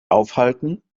aufhalten